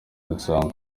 dusanga